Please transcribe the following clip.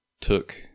took